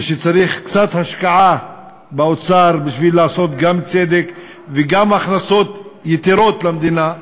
ושצריך קצת השקעה באוצר בשביל לעשות גם צדק וגם הכנסות יתרות למדינה.